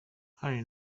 hano